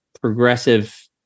progressive